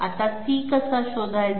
आता c कसा शोधायचा